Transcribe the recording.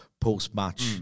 post-match